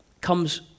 comes